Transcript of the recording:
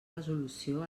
resolució